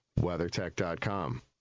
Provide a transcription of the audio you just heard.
WeatherTech.com